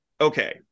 okay